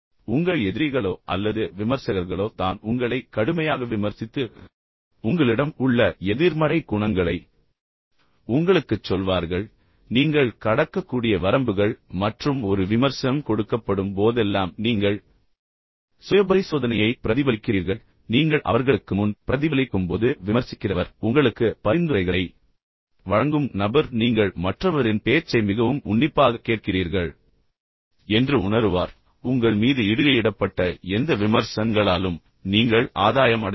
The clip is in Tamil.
உங்கள் எதிரிகளோ அல்லது விமர்சகர்களோ தான் உங்களை கடுமையாக விமர்சித்து பின்னர் உங்களிடம் உள்ள எதிர்மறை குணங்களை உங்களுக்குச் சொல்வார்கள் நீங்கள் கடக்கக்கூடிய வரம்புகள் மற்றும் ஒரு விமர்சனம் கொடுக்கப்படும் போதெல்லாம் நீங்கள் சுயபரிசோதனையை பிரதிபலிக்கிறீர்கள் மேலும் நீங்கள் அவர்களுக்கு முன் பிரதிபலிக்கும்போது விமர்சிக்கிறவர் உங்களுக்கு பரிந்துரைகளை வழங்கும் நபர் நீங்கள் மற்றவரின் பேச்சை மிகவும் உன்னிப்பாகக் கேட்கிறீர்கள் என்று உணருவார் மேலும் உங்கள் மீது இடுகையிடப்பட்ட எந்த விமர்சனங்களாலும் நீங்கள் ஆதாயம் அடைவீர்கள்